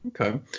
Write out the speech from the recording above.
Okay